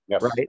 right